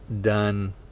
done